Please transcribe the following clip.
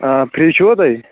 آ فِرٛی چھُوا تُہۍ